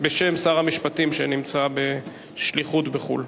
בשם שר המשפטים, שנמצא בשליחות בחו"ל.